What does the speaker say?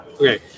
Okay